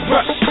Rush